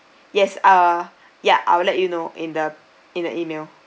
yes uh ya I will let you know in the in the E-mail